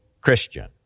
Christian